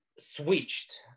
switched